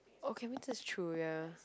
okay which is true ya